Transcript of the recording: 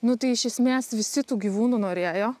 nu tai iš esmės visi tų gyvūnų norėjo